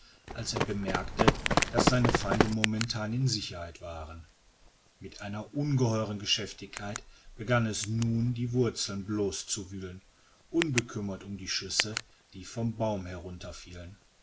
als er bemerkte daß seine feinde momentan in sicherheit waren mit einer ungeheueren geschäftigkeit begann es nun die wurzeln bloß zu wühlen unbekümmert um die schüsse die vom baume herunter